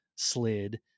slid